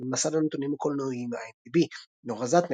במסד הנתונים הקולנועיים IMDb נורה זהטנר,